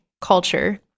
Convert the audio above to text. culture